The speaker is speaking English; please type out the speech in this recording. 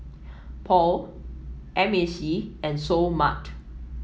Paul M A C and Seoul Mart